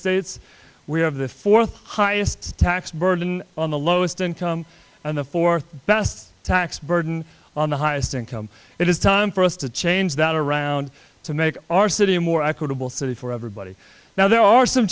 states we have the fourth highest tax burden on the lowest income in the fourth best tax burden on the highest income it is time for us to change that around to make our city a more equitable city for everybody now there are some